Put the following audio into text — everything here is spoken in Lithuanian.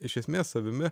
iš esmės savimi